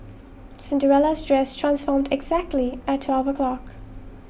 Cinderella's dress transformed exactly at twelve o'clock